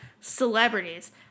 celebrities